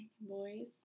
boys